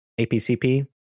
APCP